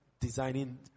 designing